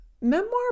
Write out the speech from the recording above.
memoir